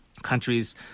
Countries